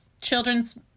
children's